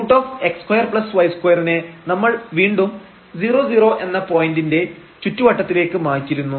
√x2y2 നെ നമ്മൾ വീണ്ടും 00 എന്ന പോയിന്റിന്റെ δ ചുറ്റുവട്ടത്തിലേക്ക് മാറ്റിയിരുന്നു